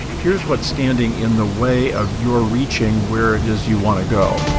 here is what's standing in the way of your reaching where it is you want to go.